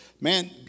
man